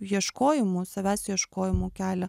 ieškojimų savęs ieškojimų kelią